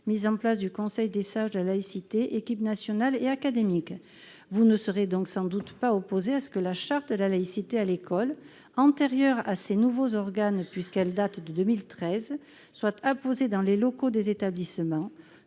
mise en place du Conseil des sages de la laïcité, avec des équipes nationales et académiques. Vous ne serez donc sans doute pas opposé à ce que la charte de la laïcité à l'école, antérieure à ces nouveaux organes, puisqu'elle date de 2013, soit apposée dans les locaux des établissements.